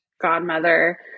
godmother